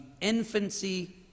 infancy